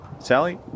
Sally